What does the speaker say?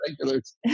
regulars